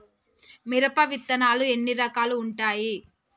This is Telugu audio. మిరప విత్తనాలు ఎన్ని రకాలు ఉంటాయి?